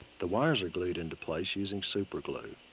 the wires are glued into place using super glue.